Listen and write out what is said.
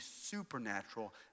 supernatural